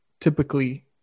typically